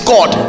God